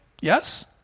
Yes